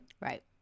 Right